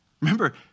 Remember